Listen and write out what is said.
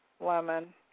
lemon